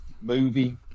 movie